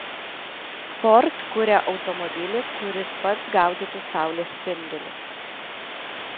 ford kuria automobilį kuris pats gaudytų saulės spindulius